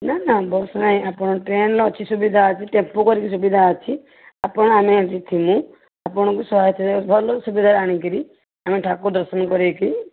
ନା ନା ବସ୍ ନାହିଁ ଆପଣ ଟ୍ରେନର ଅଛି ସୁବିଧା ଅଛି ଟେମ୍ପୁ କରିକି ସୁବିଧା ଅଛି ଆପଣ ଆମେ ସେଠି ଥିବୁ ଆପଣଙ୍କୁ ସହଜରେ ଭଲ ସୁବିଧାରେ ଆଣି କରି ଆମେ ଠାକୁର ଦର୍ଶନ କରାଇକି